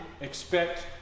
expect